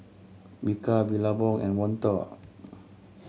Bika Billabong and Monto